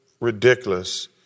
Ridiculous